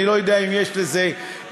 אני לא יודע אם יש לזה תקדים.